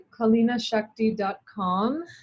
kalinashakti.com